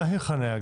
מהי חניה?